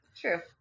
True